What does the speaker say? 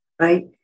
right